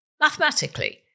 Mathematically